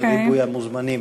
90% ריקה,